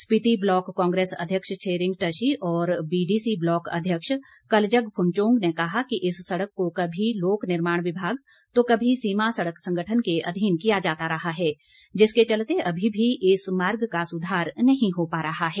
Spiti block Congress अध्यक्ष छेरिंग टशी और BDC block अध्यक्ष कलजग फुनचोग ने कहा कि इस सड़क को कभी लोक निर्माण विभाग तो कभी सीमा सड़क संगठन के अधीन किया जाता रहा है जिसके चलते अभी भी इस मार्ग का सुधार नहीं हो पा रहा है